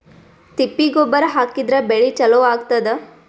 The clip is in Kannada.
ತಿಪ್ಪಿ ಗೊಬ್ಬರ ಹಾಕಿದ್ರ ಬೆಳಿ ಚಲೋ ಆಗತದ?